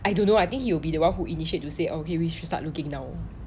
I don't know I think he will be the one who initiate to say oh !hey! we should start looking now